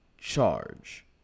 charge